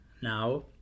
Now